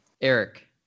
Eric